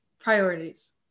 priorities